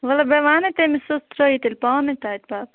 وَلے بے ونے تٔمس سُہ تراوی تیٚلہ پانے تَتہِ پَتہٕ